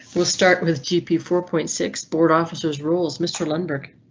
will start with gp four point six board officers rules. mr lundberg.